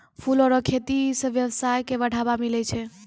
फूलो रो खेती से वेवसाय के बढ़ाबा मिलै छै